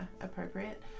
appropriate